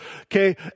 Okay